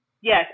Yes